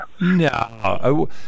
No